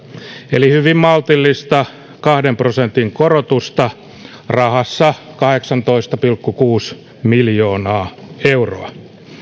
eli hyvin maltillista kahden prosentin korotusta rahassa kahdeksantoista pilkku kuusi miljoonaa euroa